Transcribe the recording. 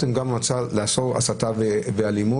נתנו דעתנו שרוב האיסורים הפליליים יבוטלו.